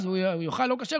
אז הוא יאכל לא כשר,